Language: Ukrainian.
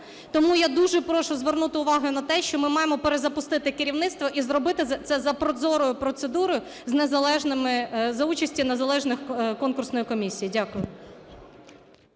Тому я дуже прошу звернути увагу на те, що ми маємо перезапустити керівництво, і зробити це за прозорою процедурою, за участю незалежної конкурсної комісії. Дякую.